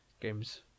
games